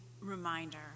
reminder